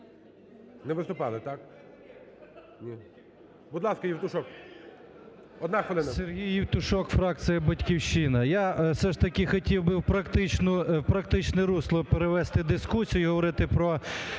Сергій Євтушок, фракція "Батьківщина". Я все ж таки хотів би в практичне русло перевести дискусію і говорити про,